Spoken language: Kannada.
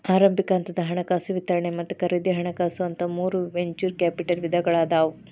ಆರಂಭಿಕ ಹಂತದ ಹಣಕಾಸು ವಿಸ್ತರಣೆ ಮತ್ತ ಖರೇದಿ ಹಣಕಾಸು ಅಂತ ಮೂರ್ ವೆಂಚೂರ್ ಕ್ಯಾಪಿಟಲ್ ವಿಧಗಳಾದಾವ